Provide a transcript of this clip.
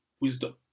wisdom